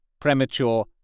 premature